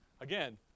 again